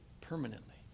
permanently